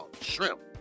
shrimp